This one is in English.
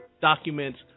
documents